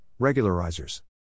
regularizers